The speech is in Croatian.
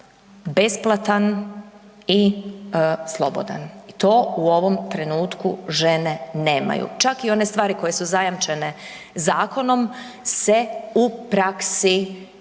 besplatan i slobodan. To u ovom trenutku žene nemaju, čak i one stvari koje su zajamčene zakonom se u praksi derogiraju